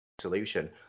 solution